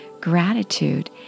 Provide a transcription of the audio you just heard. gratitude